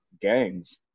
gangs